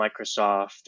Microsoft